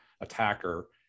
attacker